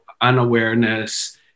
unawareness